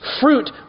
fruit